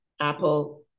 Apple